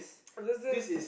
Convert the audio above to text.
this is